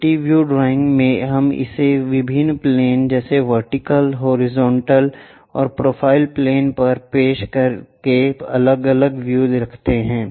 multi view drawing में हम इसे विभिन्न प्लेन जैसे वर्टिकल प्लेन हॉरिजॉन्टल प्लेन या प्रोफ़ाइल प्लेन पर पेश करके अलग अलग व्यू रखते हैं